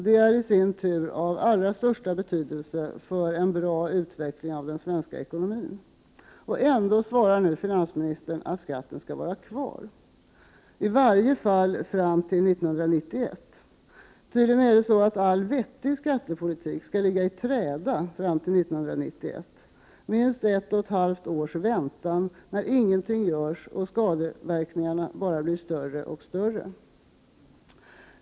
Den är i sin tur av allra största betydelse för en bra utveckling av den svenska ekonomin. Ändå svarar finansministern att skatten skall vara kvar, i varje fall fram till 1991. Tydligen skall all vettig skattepolitik ligga i träda fram till 1991. Det innebär minst ett och ett halvt års väntan där ingenting görs och skadeverkningarna bara blir större och större.